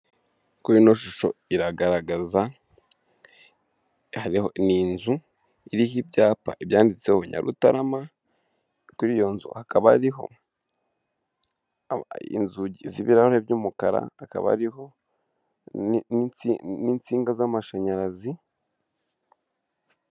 kuri ino shusho iragaragaza ni inzu iriho ibyapa ibyanditseho Nyarutarama kuri iyo nzu hakaba ari inzugi z'ibirahure by'umukara, hakaba ariho n'insinga z'amashanyarazi.